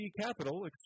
Capital